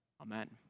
Amen